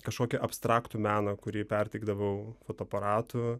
kažkokį abstraktų meną kurį perteikdavau fotoaparatu